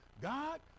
God